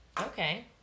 Okay